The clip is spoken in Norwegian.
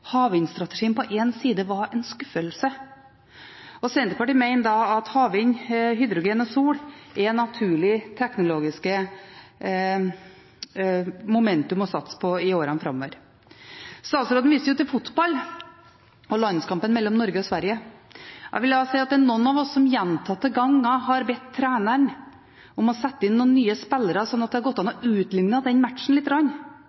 Havvindstrategien på én side var en skuffelse. Senterpartiet mener at havvind, hydrogen og sol er naturlige teknologiske momentum å satse på i årene framover. Statsråden viste til fotball og landskampen mellom Norge og Sverige. Jeg vil da si at det er noen av oss som gjentatte ganger har bedt treneren om å sette inn noen nye spillere, slik at det hadde gått an